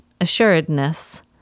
assuredness